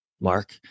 Mark